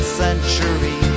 century